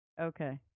Okay